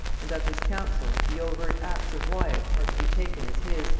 and of his counsel, the overt acts of wyat are to be taken as his,